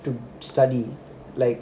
to study like